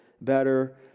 better